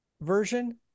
version